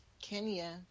Kenya